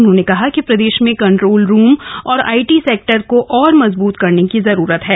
उन्होंने कहा कि प्रदेश में कन्ट्रोल रूम और आईटी सेक्टर को और मजबूत करने की जरूरत है